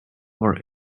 were